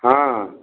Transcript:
ହଁ